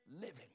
living